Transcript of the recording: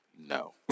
No